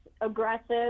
aggressive